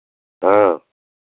हाँ